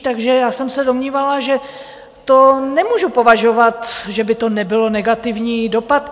Takže já jsem se domnívala, že to nemůžu považovat, že by to nebyl negativní dopad.